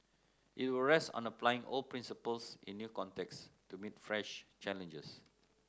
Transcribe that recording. it will rest on applying old principles in new contexts to meet fresh challenges